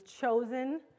chosen